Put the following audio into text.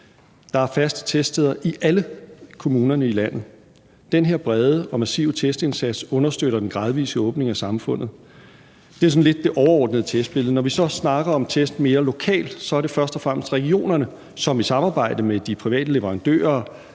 Der er faste teststeder i alle kommuner i landet. Den her brede og massive testindsats understøtter den gradvise åbning af samfundet. Og det er sådan lidt det overordnede testbillede. Når vi så snakker om test mere lokalt, er det først og fremmest regionerne, som i samarbejde med de private leverandører